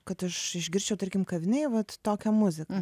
kad aš išgirsčiau tarkim kavinėj vat tokią muziką